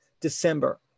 December